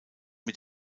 mit